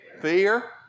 Fear